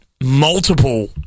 Multiple